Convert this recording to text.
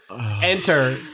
Enter